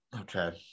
Okay